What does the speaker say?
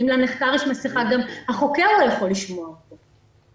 אם לנחקר יש מסכה, גם החוקר לא יכול לשמוע אותו.